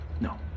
No